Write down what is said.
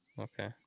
Okay